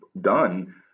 done